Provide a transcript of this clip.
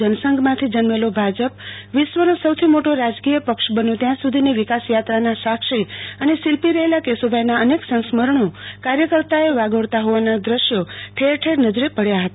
જનસંઘ માથી જન્મેલો ભાજપ વિશ્વ નો સૌથી મોટો રાજકીય પક્ષ બન્યો ત્યાં સુધીની વિકાસ યાત્રા ના સાક્ષી અને શિલ્પી રહેલા કેશુભાઈ ના અનેક સંસ્મરણો કાર્યકર્તા વાગોળતાં હોવાના દ્રશ્યો ઠેર ઠેર નજરે પડ્યા હતા